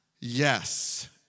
Yes